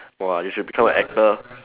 !wah! you should become a actor